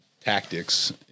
Tactics